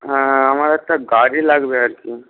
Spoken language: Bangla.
হ্যাঁ আমার একটা গাড়ি লাগবে আরকি